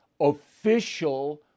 official